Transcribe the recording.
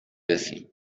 رسیم